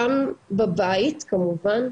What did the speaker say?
גם בבית כמובן,